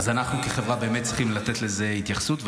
אז אנחנו כחברה באמת צריכים לתת לזה התייחסות,